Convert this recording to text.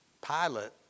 pilot